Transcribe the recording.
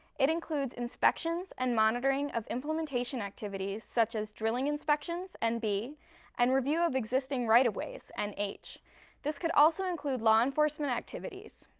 it includes inspections and monitoring of implementation activities such as drilling inspections, nb, and review of existing right-of-ways, and nh. this could also include law enforcement activities.